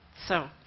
so